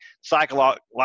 psychological